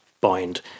bind